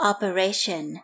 Operation